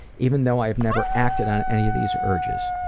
even though i've never acted on any of these urges.